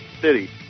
city